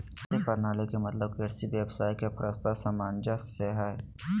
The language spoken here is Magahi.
कृषि प्रणाली के मतलब कृषि व्यवसाय के परस्पर सामंजस्य से हइ